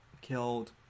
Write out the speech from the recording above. killed